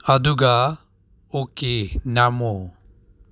ꯑꯗꯨꯒ ꯑꯣꯀꯦ ꯅꯝꯃꯨ